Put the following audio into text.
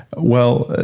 well,